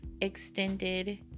extended